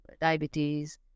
diabetes